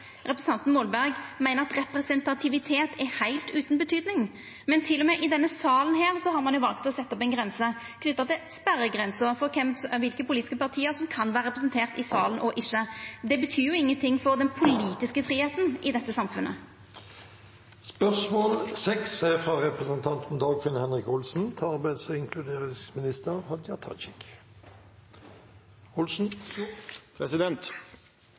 representanten Molberg meiner at representativitet er heilt utan betydning. Men til og med i denne salen har ein jo valt å setja ei grense, knytt til sperregrensa for kva for politiske parti som kan vera representerte i denne salen og ikkje. Det betyr jo ingenting for den politiske fridomen i dette samfunnet. «I Hurdalsplattformen står det at det er viktig å styrke arbeidstakernes rettigheter i et arbeidsliv i endring. Hele og